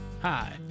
Hi